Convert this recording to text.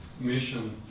mission